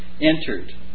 entered